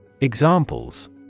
Examples